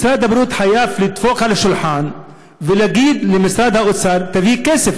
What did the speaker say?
משרד הבריאות חייב לדפוק על השולחן ולהגיד למשרד האוצר: תביא כסף.